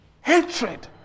hatred